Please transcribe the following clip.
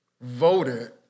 voted